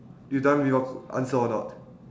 you done with your answer or not